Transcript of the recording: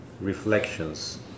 reflections